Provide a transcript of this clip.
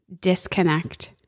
disconnect